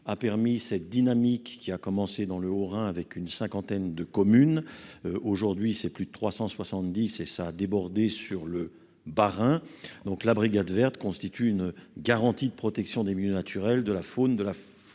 a permis cette dynamique qui a commencé dans le Haut-Rhin, avec une cinquantaine de communes aujourd'hui c'est plus de 370 et ça a débordé sur le Bas-Rhin donc la brigade verte constitue une garantie de protection des milieux naturels de la faune, de la flore